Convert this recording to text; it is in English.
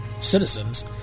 citizens